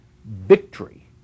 victory